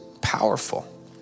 powerful